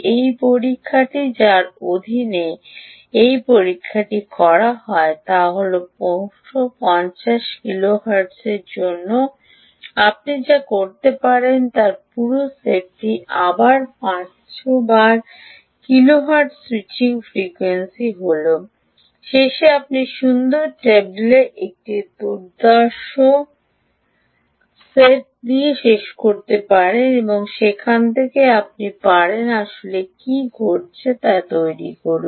এই পরীক্ষাটি যার অধীনে এই পরীক্ষাটি করা হয় তা হল 250 কিলোহার্টজ জন্য আপনি যা করতে পারেন তা পুরো সেটটি আবার 500 বার কিলোহার্টজ স্যুইচিং ফ্রিকোয়েন্সি হল শেষে আপনি সুন্দর টেবিলের একটি দুর্দান্ত সেট দিয়ে শেষ করতে পারেন এবং সেখান থেকে আপনি পারেন আসলে কী ঘটছে তা তৈরি করুন